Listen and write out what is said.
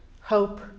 hope